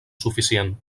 suficient